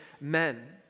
men